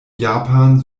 japan